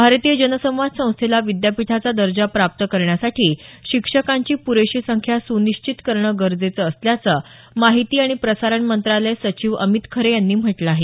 भारतीय जनसंवाद संस्थेला विद्यापीठाचा दर्जा प्राप्त करण्यासाठी शिक्षकांची प्रेशी संख्या सुनिश्चित करणं गरजेचं असल्याचं माहिती आणि प्रसारण मंत्रालय सचिव अमित खरे यांनी म्हटलं आहे